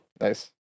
Nice